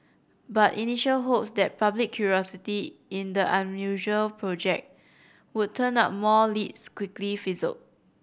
but initial hopes that public curiosity in the unusual project would turn up more leads quickly fizzled